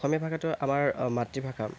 অসমীয়া ভাষাটো আমাৰ মাতৃভাষা